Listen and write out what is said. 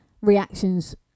reactions